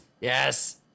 Yes